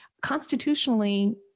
constitutionally